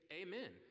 amen